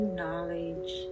knowledge